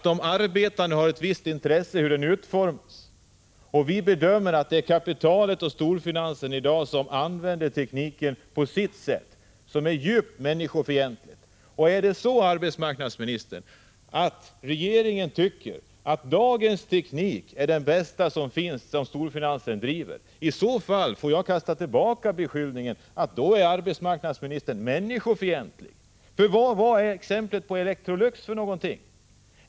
De arbetande har ett intresse av teknikens utformning, och vi bedömer att kapitalet och storfinansen i dag använder tekniken på ett sätt som är djupt människofientligt. Om arbetsmarknadsministern tycker att den bästa tekniken är den som i dag används av storfinansen, måste jag kasta tillbaka beskyllningen och påstå att arbetsmarknadsministern är människofientlig. Hur var det på Electrolux?